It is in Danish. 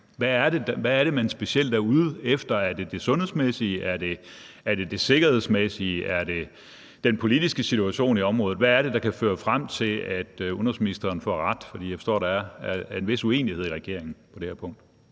Hvad er det, man specielt er ude efter? Er det det sundhedsmæssige, er det det sikkerhedsmæssige, er det den politiske situation i området? Hvad er det, der kan føre frem til, at udenrigsministeren får ret? For jeg forstår, at der er en vis uenighed i regeringen på det her punkt.